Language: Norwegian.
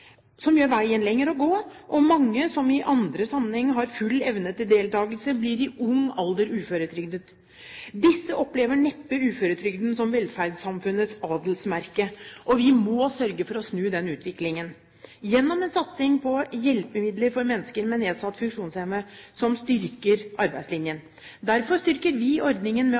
som gjør veien lengre å gå, og mange som i andre sammenhenger har full evne til deltagelse, blir i ung alder uføretrygdet. Disse opplever neppe uføretrygden som velferdssamfunnets adelsmerke. Vi må sørge for å snu den utviklingen gjennom en satsing på hjelpemidler for mennesker med nedsatt funksjonsevne som styrker arbeidslinjen. Derfor styrker vi ordningene med